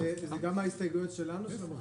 זה גם של המחנה הממלכתי?